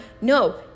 no